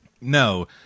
no